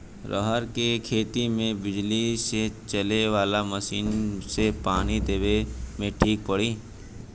रहर के खेती मे बिजली से चले वाला मसीन से पानी देवे मे ठीक पड़ी?